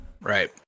right